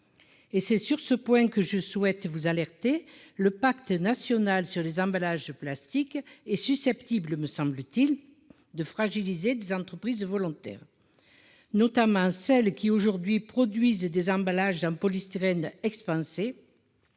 et c'est sur ce point que je souhaitais vous alerter le pacte national sur les emballages plastiques et susceptible, me semble-t-il, de fragiliser des entreprises volontaires, notamment celle qui aujourd'hui produisent des emballages en polystyrène expansé